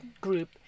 group